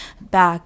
back